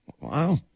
wow